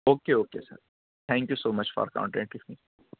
okay okay sir thank you so much for contacting me